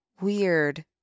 weird